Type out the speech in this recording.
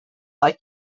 like